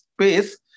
space